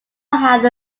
have